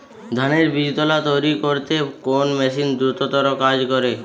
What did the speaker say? ধানের বীজতলা তৈরি করতে কোন মেশিন দ্রুততর কাজ করে?